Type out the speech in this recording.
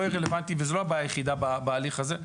יהיה רלוונטי וזו לא הבעיה היחידה בהליך הזה,